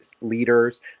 leaders